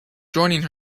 joining